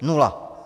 Nula.